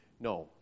No